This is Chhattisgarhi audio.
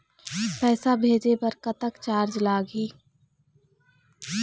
पैसा भेजे बर कतक चार्ज लगही?